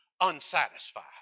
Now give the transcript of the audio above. unsatisfied